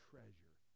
treasure